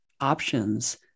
options